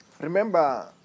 Remember